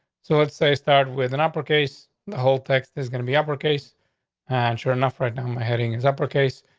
so let's say start with an upper case, the whole text is gonna be uppercase. and sure enough, right now, um heading is upper case.